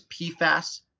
PFAS